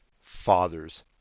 fathers